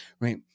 right